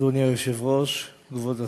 אדוני היושב-ראש, כבוד השר,